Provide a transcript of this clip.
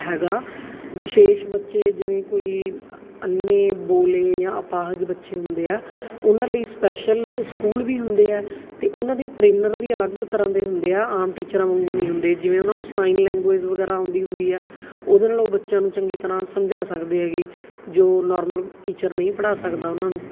ਹੈਗਾ ਵਿਸ਼ੇਸ਼ ਬੱਚੇ ਜਿਵੇਂ ਕੋਈ ਅੰਨੇ ਬੋਲੇ ਜਾਂ ਅਪਾਹਜ ਬੱਚੇ ਹੁੰਦੇ ਆ ਉਹਨਾਂ ਲਈ ਸਪੈਸ਼ਲ ਸਕੂਲ ਵੀ ਹੁੰਦੇ ਆ ਅਤੇ ਉਹਨਾਂ ਦੇ ਟ੍ਰੇਨਰ ਵੀ ਅਲੱਗ ਤਰ੍ਹਾਂ ਦੇ ਹੁੰਦੇ ਆ ਆਮ ਟੀਚਰਾਂ ਵਾਂਗੂੰ ਨਹੀਂ ਹੁੰਦੇ ਜਿਵੇਂ ਉਹਨਾਂ ਨੂੰ ਸਾਈਨ ਲੈਂਗੁਏਜ ਵਗੈਰਾ ਆਉਂਦੀ ਹੁੰਦੀ ਆ ਉਹਦੇ ਨਾਲ ਉਹ ਬੱਚਿਆਂ ਨੂੰ ਚੰਗੀ ਤਰ੍ਹਾਂ ਸਮਝਾ ਸਕਦੇ ਹੈਗੇ ਜੋ ਨੋਰਮਲ ਟੀਚਰ ਨਹੀਂ ਪੜ੍ਹਾ ਸਕਦਾ ਉਹਨਾਂ ਨੂੰ